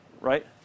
right